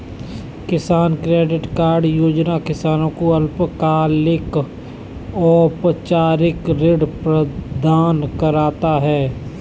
किसान credit card योजना किसान को अल्पकालिक औपचारिक ऋण प्रदान करता है